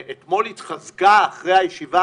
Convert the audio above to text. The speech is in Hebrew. אתמול התחזקה אחרי הישיבה